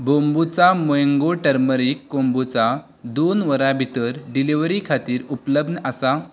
बोंबुचा mango turmeric kombucha दोन वरां भितर डिलिव्हरी खातीर उपलब्द आसा